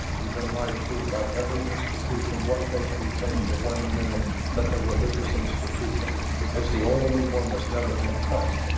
we've been lied to by every institution. what makes you think for one minute that the religious institution is the only one that's never been touched?